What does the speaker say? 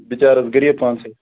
بِچارٕ غَریٖب پہمٕے